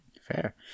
Fair